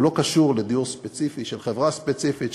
הוא לא קשור לדיור ספציפי של חברה ספציפית,